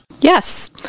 Yes